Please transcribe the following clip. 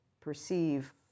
perceive